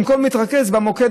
במקום להתרכז במוקד,